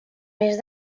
més